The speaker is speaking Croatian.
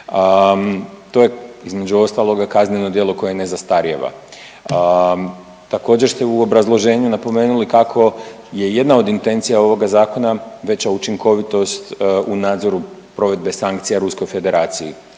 To je, između ostaloga, kazneo djelo koje ne zastarijeva. Također ste u obrazloženju napomenuli kako je jedna od intencija ovoga Zakona veća učinkovitost u nadzoru provedbe sankcija Ruskoj Federaciji.